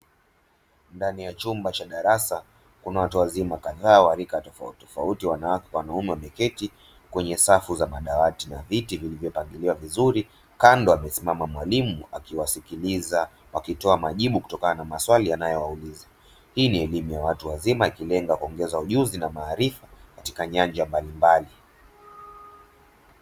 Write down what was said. Ndani ya chumba cha darasa, kuna watu wazima kadhaa wa rika tofauti tofauti, wanawake kwa wanaume, wamekaa kwenye safu za madawati ya viti kuingilia patelilia vizuri. Kando amesimama mwalimu anawasikiliza wakitoa majibu kutokana na maswali anayowauliza. Hii ni elimu ya watu wazima ikilenga kujaza ujuzi na maarifa katika nyanja mbalimbali.